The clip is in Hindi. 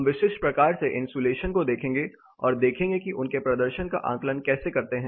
हम विशिष्ट प्रकार के इन्सुलेशन को देखेंगे और देखेंगे कि उनके प्रदर्शन का आकलन कैसे करते हैं